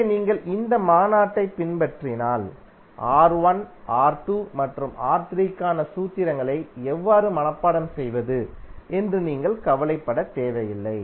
எனவே நீங்கள் இந்த மாநாட்டைப் பின்பற்றினால் R1 R2 மற்றும் R3 க்கான சூத்திரங்களை எவ்வாறு மனப்பாடம் செய்வது என்று நீங்கள் கவலைப்பட தேவையில்லை